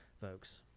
folks